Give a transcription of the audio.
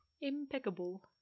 Impeccable